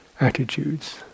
attitudes